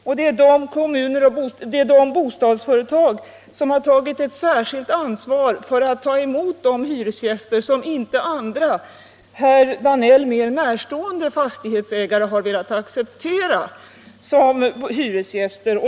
Likaså drabbas de bostadsföretag som har tagit ett särskilt ansvar för att placera sådana hyresgäster som andra och herr Danell mera närstående fastighetsägare inte har velat acceptera.